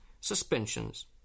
suspensions